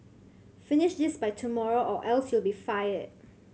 finish this by tomorrow or else you'll be fired